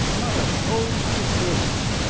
not a soul to disturb us.